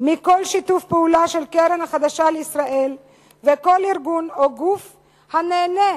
מכל שיתוף פעולה עם הקרן החדשה לישראל ועם כל ארגון או גוף הנהנה